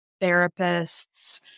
therapists